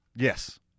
Yes